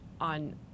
on